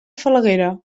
falaguera